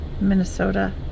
Minnesota